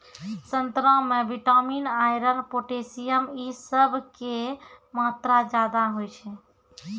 संतरा मे vitamin, iron, potassium इ सभ के मात्रा ज्यादा होय छै